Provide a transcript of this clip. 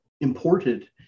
imported